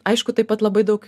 aišku taip pat labai daug